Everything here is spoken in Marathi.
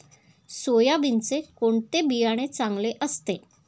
सोयाबीनचे कोणते बियाणे चांगले असते?